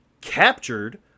captured